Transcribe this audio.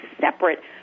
separate